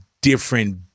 different